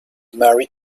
married